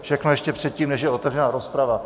Všechno ještě předtím, než je otevřená rozprava.